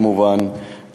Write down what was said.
כמובן,